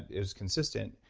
it was consistent,